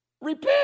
Repent